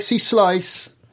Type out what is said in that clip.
slice